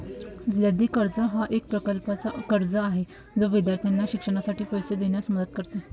विद्यार्थी कर्ज हा एक प्रकारचा कर्ज आहे जो विद्यार्थ्यांना शिक्षणासाठी पैसे देण्यास मदत करतो